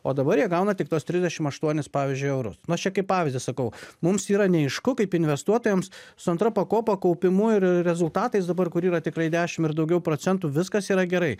o dabar jie gauna tik tuos trisdešimt aštuonis pavyzdžiui eurus na aš čia kaip pavyzdį sakau mums yra neaišku kaip investuotojams su antra pakopa kaupimu ir rezultatais dabar kur yra tikrai dešimt ir daugiau procentų viskas yra gerai